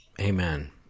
Amen